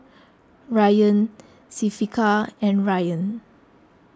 Ryan Syafiqah and Ryan